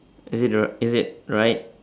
is it the r~ is it right